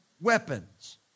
weapons